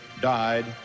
died